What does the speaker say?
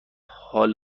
حال